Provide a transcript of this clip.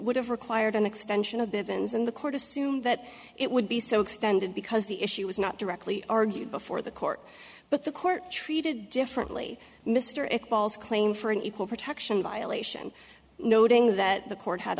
would have required an extension of bevins and the court assumed that it would be so extended because the issue was not directly argued before the court but the court treated differently mr x balls claim for an equal protection violation noting that the court had